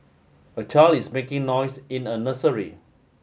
a child is making noise in a nursery